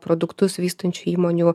produktus vystančių įmonių